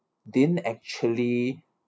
didn't actually